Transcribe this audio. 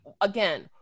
Again